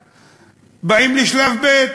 עוברים לשלב ב',